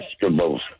vegetables